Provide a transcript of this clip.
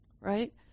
right